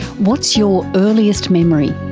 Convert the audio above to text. what's your earliest memory?